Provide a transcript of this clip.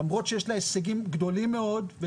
למרות שיש לה הישגים גדולים מאוד,